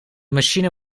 machine